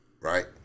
right